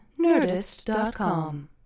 Nerdist.com